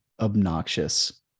obnoxious